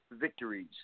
victories